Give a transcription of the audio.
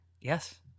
Yes